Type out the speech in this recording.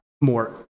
more